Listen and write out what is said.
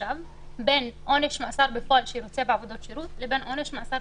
בין עונש מאסר בפועל שירוצה בעבודות שירות לבין עונש מאסר